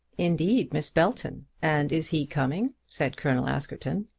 indeed, miss belton! and is he coming? said colonel askerton.